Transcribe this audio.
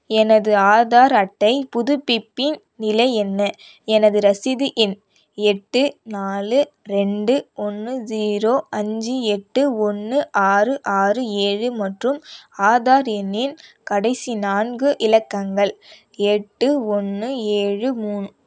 எனது ஆதார் அட்டை புதுப்பிப்பின் நிலை என்ன எனது ரசீது எண் எட்டு நாலு ரெண்டு ஒன்று ஜீரோ அஞ்சு எட்டு ஒன்று ஆறு ஆறு ஏழு மற்றும் ஆதார் எண்ணின் கடைசி நான்கு இலக்கங்கள் எட்டு ஒன்று ஏழு மூணு